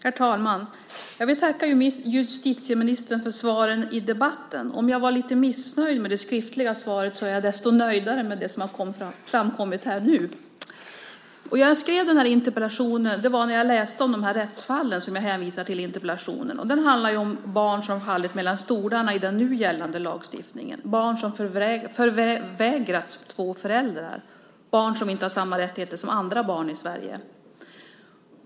Herr talman! Jag vill tacka justitieministern för svaren i debatten. Om jag var lite missnöjd med det skriftliga svaret är jag desto nöjdare med det som har framkommit här nu. Jag skrev interpellationen när jag läste om rättsfallen som jag hänvisar till, och den handlar ju om barn som fallit mellan stolarna i den nu gällande lagstiftningen - om barn som förvägrats två föräldrar och som inte har samma rättigheter som andra barn i Sverige.